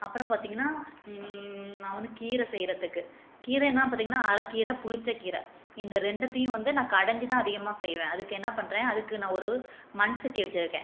அப்புறம் பார்த்தீங்கன்னா நான் வந்து கீரை செய்யுறதுக்கு கீரைனா பார்த்தீங்கன்னா அரை கீரை புளிச்ச கீரை இந்த ரெண்டத்தையும் வந்து நான் கடஞ்சுதான் அதிகமாக செய்வேன் அதுக்கு என்ன பண்ணுறேன் அதுக்கு நான் ஒரு மண் சட்டியை வச்சுருக்கேன்